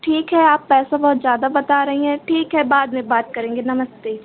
ठीक है आप पैसा बहुत ज़्यादा बता रही हैं ठीक है बाद में बात करेंगे नमस्ते